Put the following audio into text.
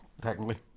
technically